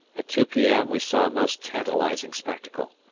at two p m. we saw a most tantalizing spectacle.